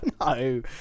no